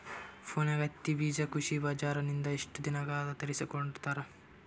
ಫೋನ್ಯಾಗ ಹತ್ತಿ ಬೀಜಾ ಕೃಷಿ ಬಜಾರ ನಿಂದ ಎಷ್ಟ ದಿನದಾಗ ತರಸಿಕೋಡತಾರ?